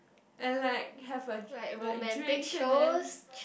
and like have a like drink and then